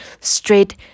straight